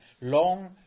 long